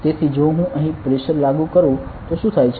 તેથી જો હું અહીં પ્રેશર લાગુ કરું તો શુ થાય છે